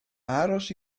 aros